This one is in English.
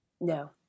No